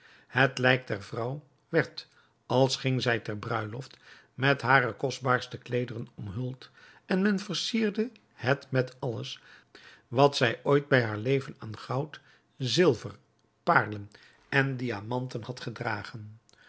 het lijk der vrouw werd als ging zij ter bruiloft met hare kostbaarste kleederen omhuld en men versierde het met alles wat zij ooit bij haar leven aan goud zilver paarlen en diamanten had gedragen